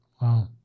Wow